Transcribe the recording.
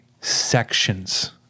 sections